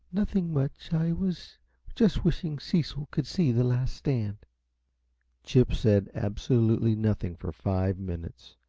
nothing much. i was just wishing cecil could see the last stand chip said absolutely nothing for five minutes,